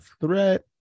threat